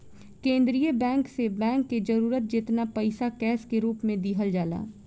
केंद्रीय बैंक से बैंक के जरूरत जेतना पईसा कैश के रूप में दिहल जाला